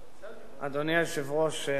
חברי וחברותי חברי הכנסת,